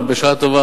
בשעה טובה,